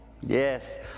Yes